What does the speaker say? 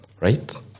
right